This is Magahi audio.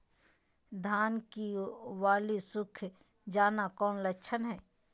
धान की बाली सुख जाना कौन लक्षण हैं?